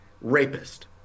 rapist